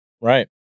right